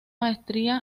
maestría